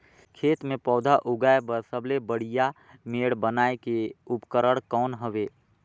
खेत मे पौधा उगाया बर सबले बढ़िया मेड़ बनाय के उपकरण कौन हवे?